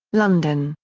london,